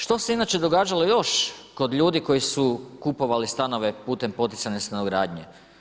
Što se inače događalo još kod ljudi koji su kupovali stanove putem poticajne stanogradnje?